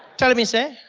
tell me sir,